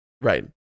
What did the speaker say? Right